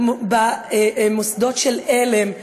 במוסדות של על"ם,